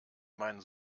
meinen